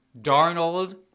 Darnold